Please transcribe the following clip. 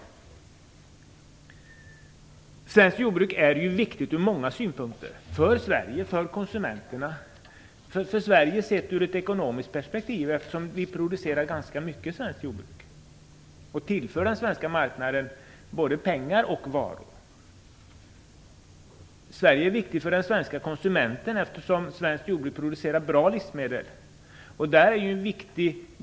Svenskt jordbruk är ju viktigt från många synpunkter, för Sverige, för konsumenterna. Det är också viktigt sett ur ett ekonomiskt perspektiv, eftersom vi producerar ganska mycket inom svenskt jordbruk. Därmed tillförs den svenska marknaden både pengar och varor. Svenskt jordbruk producerar bra livsmedel, och det är viktigt för konsumenten.